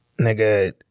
nigga